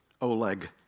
Oleg